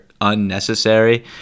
unnecessary